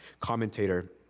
Commentator